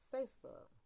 Facebook